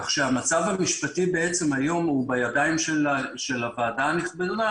כך שהמצב המשפטי בעצם היום הוא בידיים של הוועדה הנכבדה